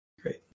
Great